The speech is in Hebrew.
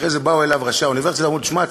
ואחרי זה באו אליו ראשי האוניברסיטה ואמרו: שמע,